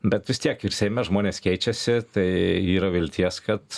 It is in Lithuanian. bet vis tiek ir seime žmonės keičiasi tai yra vilties kad